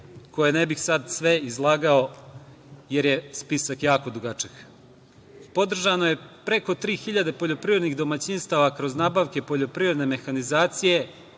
koje ne bih sve izlagao, jer je spisak jako dugačak. Dalje, podržano je preko tri hiljade poljoprivrednih domaćinstava kroz nabavku poljoprivredne mehanizacije,